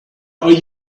are